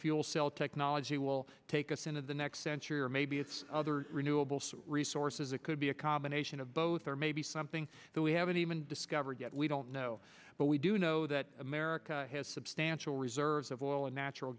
fuel cell technology will take us into the next century or maybe it's other renewable source resources it could be a combination of both or maybe something that we haven't even discovered yet we don't know but we do know that america has substantial reserves of oil and natural